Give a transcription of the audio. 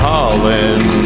Holland